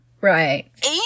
Right